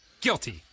guilty